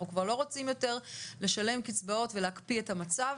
אנחנו כבר לא רוצים יותר לשלם קיצבאות ולהקפיא את המצב,